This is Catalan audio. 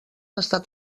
estat